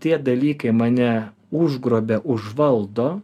tie dalykai mane užgrobia užvaldo